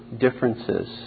differences